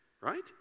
right